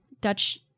Dutch